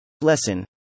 Lesson